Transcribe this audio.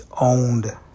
owned